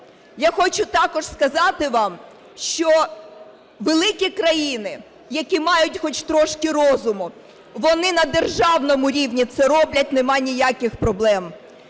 Я хочу також сказати вам, що великі країни, які мають хоч трошки розуму, вони на державному рівні це роблять. Немає ніяких проблем.